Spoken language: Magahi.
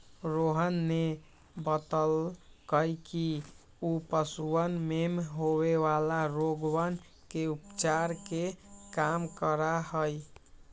रोहन ने बतल कई कि ऊ पशुवन में होवे वाला रोगवन के उपचार के काम करा हई